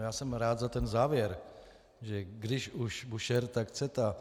Já jsem rád za ten závěr, že když už Búšehr, tak CETA.